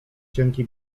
cienki